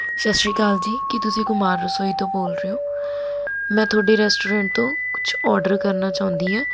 ਸਤਿ ਸ਼੍ਰੀ ਅਕਾਲ ਜੀ ਕੀ ਤੁਸੀਂ ਕੁਮਾਰ ਰਸੋਈ ਤੋਂ ਬੋਲ ਰਹੇ ਹੋ ਮੈਂ ਤੁਹਾਡੇ ਰੈਸਟੋਰੈਂਟ ਤੋਂ ਕੁਛ ਔਡਰ ਕਰਨਾ ਚਾਹੁੰਦੀ ਹਾਂ